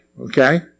okay